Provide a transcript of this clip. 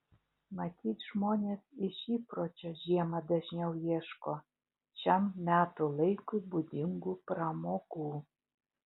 matyt žmonės iš įpročio žiemą dažniau ieško šiam metų laikui būdingų pramogų